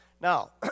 Now